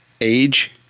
Age